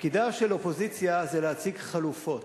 תפקידה של אופוזיציה זה להציג חלופות,